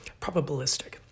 probabilistic